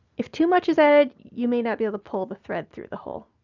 if too much is added, you may not be able to pull the thread through the hole,